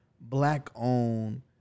Black-owned